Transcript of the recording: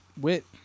Wit